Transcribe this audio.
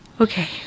Okay